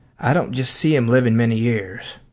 i don't just see him living many years,